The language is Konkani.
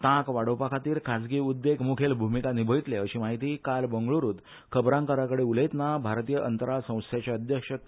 तांक वाडोवपाखातीर खासगी उद्देग मुखेल भुमिका निभयतले अशी म्हायती काल बंगळुरूत खबराकारांकडेन उलयतना भारतीय अंतराळ संस्थेचे अध्यक्ष के